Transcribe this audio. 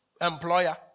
employer